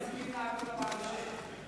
שיסכים להעביר לוועדה.